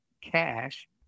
cash